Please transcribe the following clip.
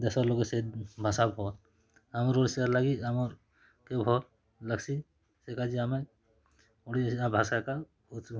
ଦେଶର୍ ଲୋକ ସେ ଭାଷା ଭଲ୍ ଆମର୍ ଓଡ଼ିଶାର୍ ଲାଗି ଆମର୍ କେ ଭଲ୍ ଲାଗସି ସେ କାଯେ ଆମେ ଓଡ଼ିଶା ଭାଷା ଏକା କହେସୁଁ